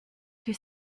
que